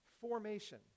Formation